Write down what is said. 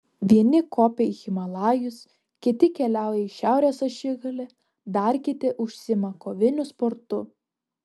vieni kopia į himalajus kiti keliauja į šiaurės ašigalį dar kiti užsiima koviniu sportu